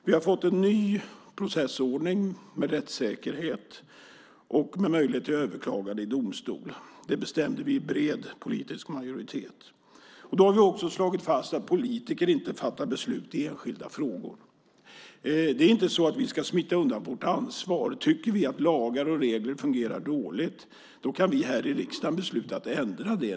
Vi har fått en ny processordning med rättssäkerhet och möjlighet till överklagande i domstol. Det bestämde vi med bred politisk majoritet. Vi har också slagit fast att politiker inte ska fatta beslut i enskilda ärenden. Det handlar inte om att vi ska smita undan vårt ansvar. Tycker vi att lagar och regler fungerar dåligt kan vi här i riksdagen besluta att vi ändrar dem.